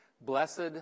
blessed